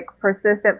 persistent